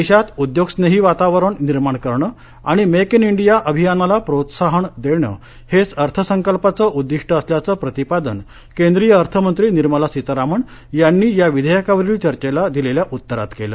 देशात उद्योगस्नेही वातावरण निर्माण करणं आणि मेक इन इंडिया अभियानाला प्रोत्साहन देणं हेच अर्थसंकल्पाचं उद्दिष्ट असल्याचं प्रतिपादन केंद्रीय अर्थमंत्री निर्मला सीतारमण यांनी या विधेयाकावरील चर्घेला दिलेल्या उत्तरात केलं